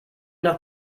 nach